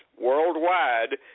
worldwide